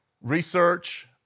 research